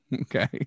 Okay